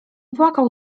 płakał